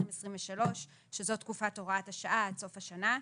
2023) (שזו תקופת הוראת השעה עד סוף השנה),